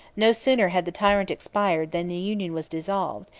no sooner had the tyrant expired, than the union was dissolved,